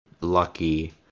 lucky